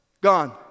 gone